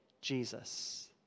Jesus